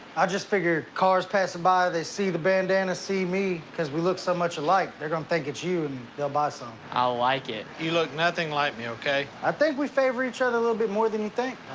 i just figure cars passing by, they see the bandana, see me. cause we look so much alike, they're gonna think it's you, and they'll buy some. i like it. you look nothing like me, okay? i think we favor each other a little bit more than you think.